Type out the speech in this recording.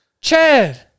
Chad